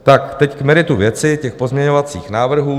Tak teď k meritu věci těch pozměňovacích návrhů.